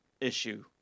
issue